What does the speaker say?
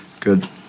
Good